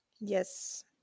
Yes